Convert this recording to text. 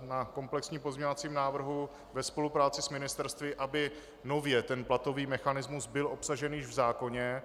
na komplexním pozměňovacím návrhu ve spolupráci s ministerstvy, aby nově platový mechanismus byl obsažen již v zákoně.